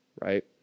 Right